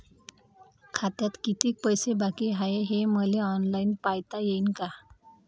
खात्यात कितीक पैसे बाकी हाय हे मले ऑनलाईन पायता येईन का?